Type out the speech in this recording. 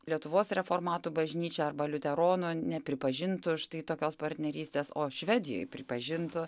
lietuvos reformatų bažnyčia arba liuteronų nepripažintų štai tokios partnerystės o švedijoj pripažintų